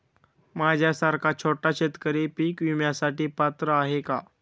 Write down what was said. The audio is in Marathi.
माझ्यासारखा छोटा शेतकरी पीक विम्यासाठी पात्र आहे का?